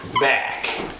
back